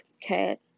cat